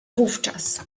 wówczas